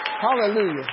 hallelujah